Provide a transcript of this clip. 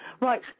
Right